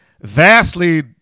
vastly